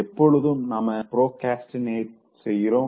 எப்பொழுது நாம ப்ரோக்ரஸ்டினேட் செய்றோம்